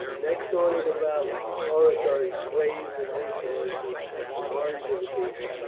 next only to valour oratory sways and influences the minds of the people,